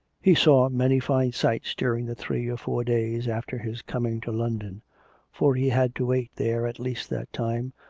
he saw many fine sights during the three or four days after his coming to london for he had to wait there at least that time,